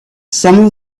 some